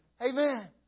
Amen